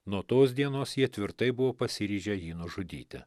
nuo tos dienos jie tvirtai buvo pasiryžę jį nužudyti